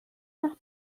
nach